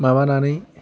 माबानानै